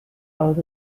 out